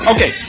Okay